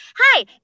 Hi